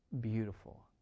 beautiful